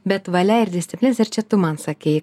bet valia ir disciplina ir čia tu man sakei